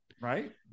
Right